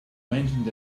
mentioned